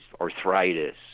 arthritis